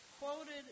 quoted